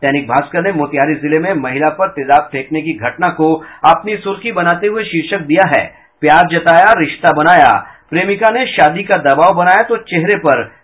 दैनिक भास्कर ने मोतिहारी जिले में महिला पर तेजाब फेकने की घटना को अपनी सुर्खी बनाते हुये शीर्षक दिया है प्यार जताया रिश्ता बनाया प्रेमिका ने शादी का दबाव बनाया तो चेहरे पर तेजाब फेंका